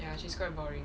ya she's quite boring